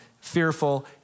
fearful